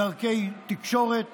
דרכי תקשורת